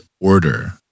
order